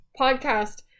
podcast